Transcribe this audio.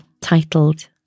titled